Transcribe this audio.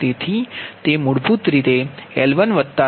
તેથી તે મૂળભૂત રીતે L13 Ln છે